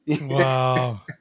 Wow